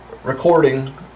Recording